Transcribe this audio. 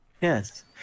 Yes